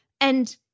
And-